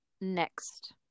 next